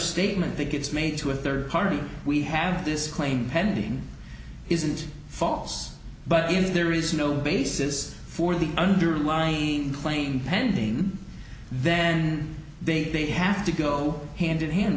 statement that gets made to a third party we have this claim pending isn't false but in there is no basis for the underlying plane pending then they they have to go hand in hand